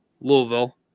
Louisville